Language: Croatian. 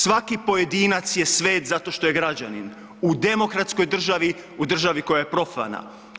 Svaki pojedinac je svet zato što je građanin u demokratskoj državi u državi koja je profana.